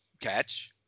catch